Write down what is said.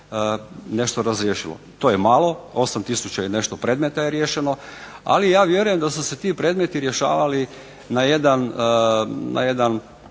nešto razriješilo. To je malo. 8000 i nešto predmeta je riješeno. Ali ja vjerujem da su se ti predmeti rješavali na jedan